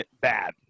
bad